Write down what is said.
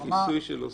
בכיסוי של אוסאמה.